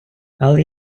але